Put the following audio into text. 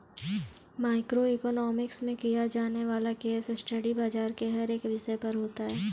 micro economics में किया जाने वाला केस स्टडी बाजार के हर एक विषय पर होता है